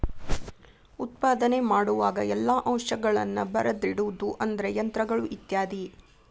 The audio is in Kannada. ಉತ್ಪಾದನೆ ಮಾಡುವಾಗ ಎಲ್ಲಾ ಅಂಶಗಳನ್ನ ಬರದಿಡುದು ಅಂದ್ರ ಯಂತ್ರಗಳು ಇತ್ಯಾದಿ